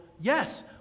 yes